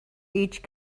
each